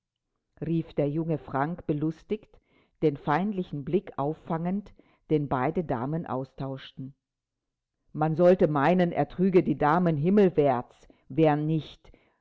rief der junge frank belustigt den feindlichen blick auffangend den beide damen austauschten man sollte meinen er trüge die damen himmelwärts wären nicht